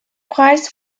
preis